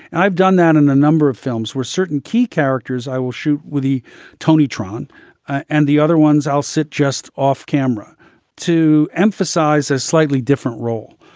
and i've done that in a number of films were certain key characters. i will shoot with the tony tron and the other ones. i'll sit just off camera to emphasize a slightly different role.